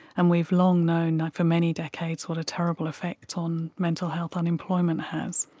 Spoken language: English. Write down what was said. and we've long known for many decades what a terrible effect on mental health unemployment has.